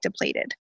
depleted